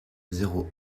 zéro